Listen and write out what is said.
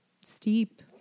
steep